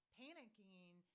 panicking